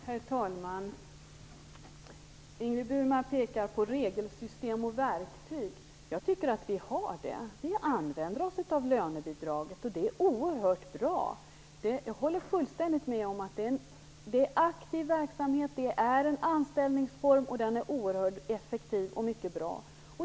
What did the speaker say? Herr talman! Ingrid Burman efterlyser regelsystem och verktyg. Jag tycker att vi har det. Vi använder oss av lönebidraget, och det är oerhört bra. Jag håller fullständigt med om att det är en aktiv verksamhet och en anställningsform som är oerhört effektiv och mycket bra.